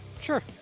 sure